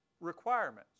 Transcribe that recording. requirements